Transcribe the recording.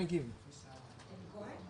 מתמיד אנחנו בפתחון לב מפעילים --- עם נוער